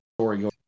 story